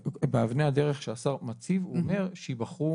באבני הדרך שהשר מציב הוא אומר שייבחרו